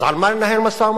אז על מה לנהל משא-ומתן?